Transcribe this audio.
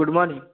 good morning